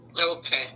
Okay